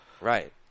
Right